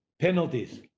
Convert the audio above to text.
penalties